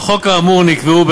בחוק האמור נקבעו,